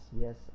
yes